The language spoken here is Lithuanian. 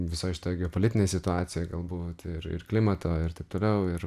visoj šitoj geopolitinėj situacijoj galbūt ir ir klimato ir taip toliau ir